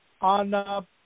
on